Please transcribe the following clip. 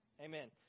Amen